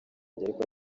ariko